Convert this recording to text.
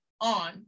on